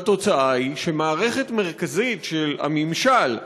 והתוצאה היא שמערכת מרכזית של הממשל,